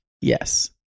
yes